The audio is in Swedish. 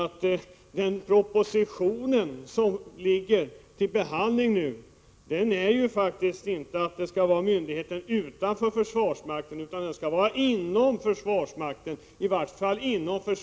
I den proposition som nu föreligger till behandling sägs faktiskt inte att myndigheten skall ligga utanför försvarsmakten, utan den skall ligga inom försvarsmaktens hank och stör.